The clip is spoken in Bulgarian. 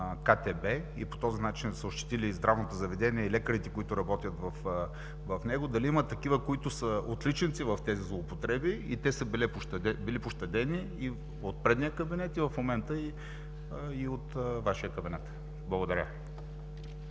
КТБ и по този начин са ощетили и здравното заведение, и лекарите, работещи в него, дали има такива, които са отличници в тези злоупотреби и те са били пощадени от предния кабинет и в момента – и от Вашия кабинет? Благодаря.